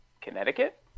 Connecticut